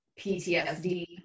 PTSD